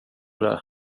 det